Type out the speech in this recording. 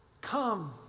Come